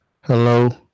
Hello